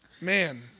Man